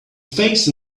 face